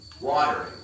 watering